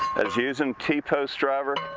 as using t-post driver,